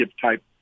type